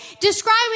Describing